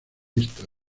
esta